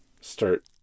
start